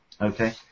Okay